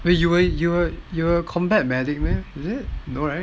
wait you were combat medic meh no right